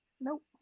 Nope